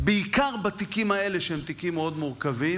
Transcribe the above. בעיקר בתיקים האלה, שהם תיקים מאוד מורכבים.